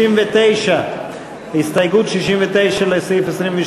69, הסתייגות 69 לסעיף 28,